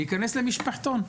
להיכנס למשפחתון,